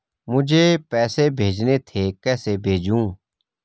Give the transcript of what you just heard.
मुझे पैसे भेजने थे कैसे भेजूँ?